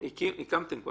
זה